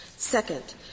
Second